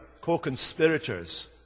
co-conspirators